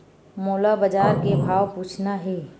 मोला बजार के भाव पूछना हे?